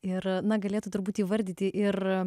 ir na galėtų turbūt įvardyti ir